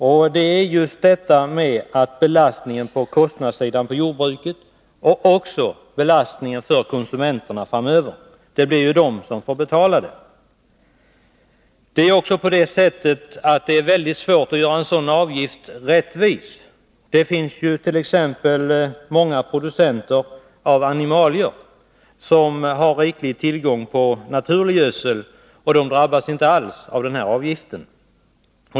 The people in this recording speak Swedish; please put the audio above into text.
Ett problem är just belastningen på kostnadssidan för jordbruket och även för konsumenterna framöver — det blir ju de som får betala. Det är också mycket svårt att göra en sådan avgift rättvis. Det finns t.ex. många producenter av animalier som har riklig tillgång på naturlig gödsel, och de drabbas inte alls av denna avgift.